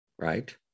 right